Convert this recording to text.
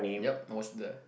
yup I was there